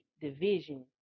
division